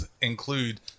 include